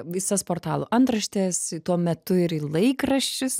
visas portalų antraštes į tuo metu ir į laikraščius